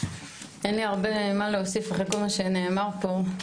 אין לי הרבה מה להוסיף אחרי כל מה שנאמר פה,